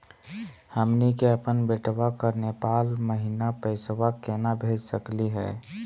हमनी के अपन बेटवा क नेपाल महिना पैसवा केना भेज सकली हे?